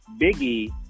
Biggie